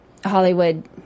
Hollywood